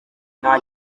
nta